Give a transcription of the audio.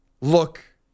look